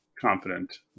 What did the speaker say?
confident